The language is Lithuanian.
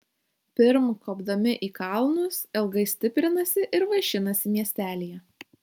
pirm kopdami į kalnus ilgai stiprinasi ir vaišinasi miestelyje